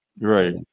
Right